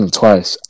twice